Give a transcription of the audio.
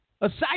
Aside